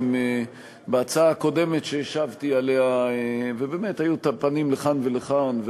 שאם בהצעה הקודמת שהשבתי עליה היו פנים לכאן ולכאן,